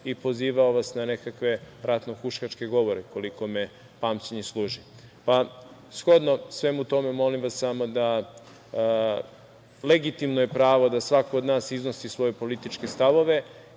i pozivao vas na nekakve ratnohuškačke govore, koliko me pamćenje služi. Shodno svemu tome, molim vas samo, legitimno je pravo da svako od nas iznosi svoje političke stavove,